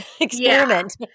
experiment